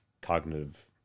cognitive